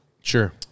Sure